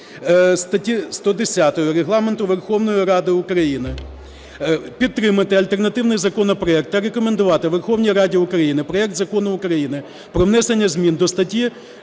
статті 110 Регламенту Верховної Ради, підтримати альтернативний законопроект та рекомендувати Верховній Раді України проект Закону України про внесення змін до статті